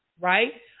right